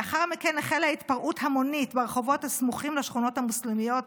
לאחר מכן החלה התפרעות המונית ברחובות הסמוכים לשכונות המוסלמיות